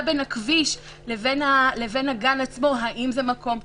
בין הכביש לבין הגן עצמו האם זה מקום תחום?